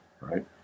right